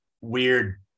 weird